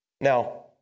Now